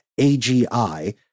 AGI